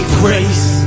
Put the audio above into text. grace